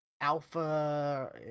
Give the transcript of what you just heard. alpha